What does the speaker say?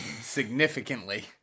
Significantly